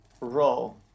Roll